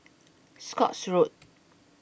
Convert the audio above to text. Scotts Road